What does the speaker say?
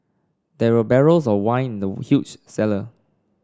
there were barrels of wine in the huge cellar